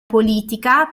politica